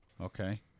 okay